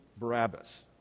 Barabbas